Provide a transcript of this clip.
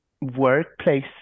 workplace